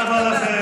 תודה רבה לכם.